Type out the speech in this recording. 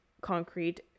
concrete